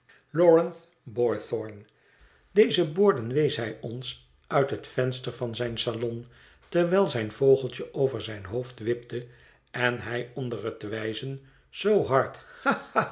boythorn deze borden wees hij ons uit het venster van zijn salon terwijl zijn vogeltje over zijn hoofd wipte en hij onder het wijzen zoo hard